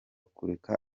kureka